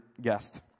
Guest